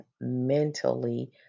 mentally